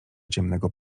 ciemnego